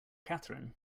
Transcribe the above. catherine